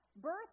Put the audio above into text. Birth